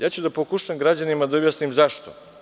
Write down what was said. Ja ću da pokušam građanima da objasnim zašto.